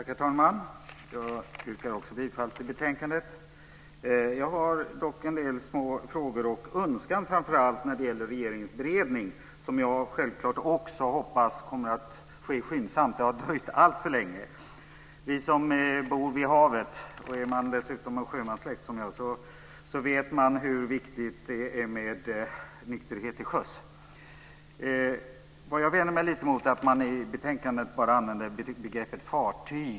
Herr talman! Också jag yrkar bifall till utskottets förslag. Jag har dock en del små frågor och framför allt en önskan när det gäller regeringens beredning, som självklart också jag hoppas kommer att genomföras skyndsamt. Det har dröjt alltför länge med denna fråga. Jag bor vid havet och är dessutom av sjömanssläkt, och jag vet hur viktigt det är med nykterhet till sjöss. Jag vänder mig lite emot att man i betänkandet bara använder begreppet fartyg.